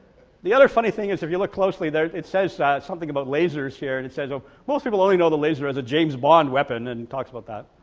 the other funny thing is if you look closely there it says something about lasers here and it says well most people only know the laser as a james bond weapon and talks about that,